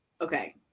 okay